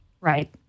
right